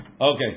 Okay